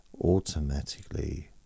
automatically